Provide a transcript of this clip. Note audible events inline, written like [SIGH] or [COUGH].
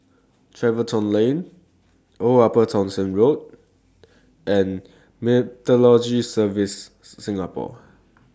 Tiverton Lane Old Upper Thomson Road and Meteorology Services [NOISE] Singapore